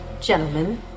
gentlemen